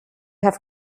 have